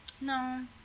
no